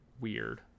weird